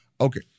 okay